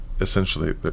essentially